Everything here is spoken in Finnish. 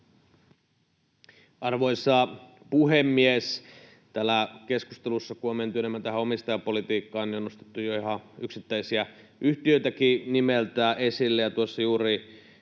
Arvoisa puhemies! Kun täällä keskustelussa on menty enemmän tähän omistajapolitiikkaan, niin on nostettu jo ihan yksittäisiä yhtiöitäkin nimeltä esille,